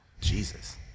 Jesus